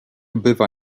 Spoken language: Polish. bywa